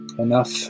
enough